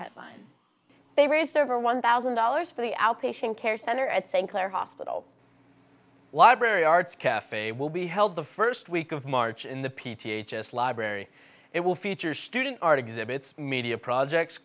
headlines they raise server one thousand dollars for the outpatient care center at st clair hospital library arts caf will be held the first week of march in the p t a just library it will feature student art exhibits media projects